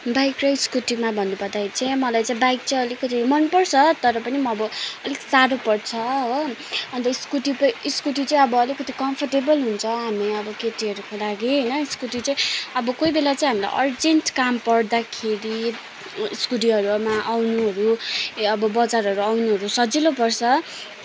bike र स्कुटीमा भन्नु पर्दाखेरि चाहिँ मलाई चाहिँ बाइक चाहिँ अलिकति मन पर्छ तर पनि अब अलिक साह्रो पर्छ हो अन्त स्कुटी पै स्कुटी चाहिँ अब अलिकति काम्फोर्टेबल हुन्छ हामी अब केटीहरूको लागि होइन स्कुटी चाहिँ अब कोही बेला चाहिँ हामीलाई अर्जेन्ट काम पर्दाखेरि स्कुटीहरूमा आउनुहरू अब बजारहरू आउनुहरू सजिलो पर्छ